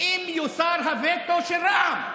אם יוסר הווטו של רע"מ.